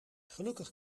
gelukkig